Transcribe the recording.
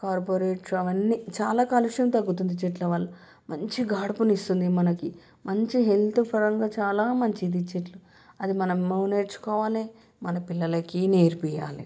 corporate అవన్నీ చాలా కాలుష్యం తగ్గుతుంది చెట్ల వల్ల మంచి గాడుపుని ఇస్తుంది మనకి మంచి హెల్త్ పరంగా చాలా మంచిది చెట్లు అది మనం నేర్చుకోవాలి మన పిల్లలకి నేర్పించాలి